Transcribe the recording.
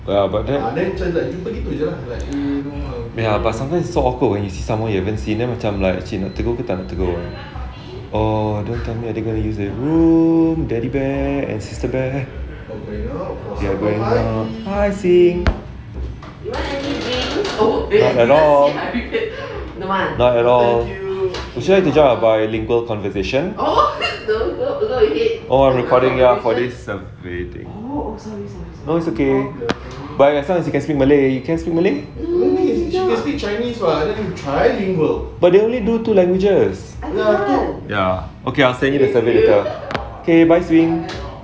ya but then ya but sometimes it's so awkward when you see someone you haven't see then macam like nak tegur ke tak nak tegur eh oh don't tell me they are going to use that room teddy bear and sister bear all going out not at all not at all would you like to join out bilingual conversation oh we recording ya for this do you think no it's okay but as long as you can speak malay can you speak malay but they only do two languages ya okay I send you the survey later okay bye swee ling